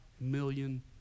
million